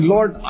Lord